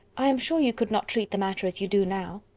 i am sure you could not treat the matter as you do now.